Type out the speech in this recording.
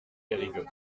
périgueux